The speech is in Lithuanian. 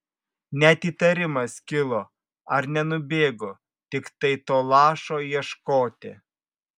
net įtarimas kilo ar nenubėgo tiktai to lašo ieškoti